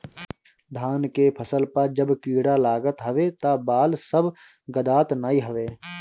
धान के फसल पअ जब कीड़ा लागत हवे तअ बाल सब गदात नाइ हवे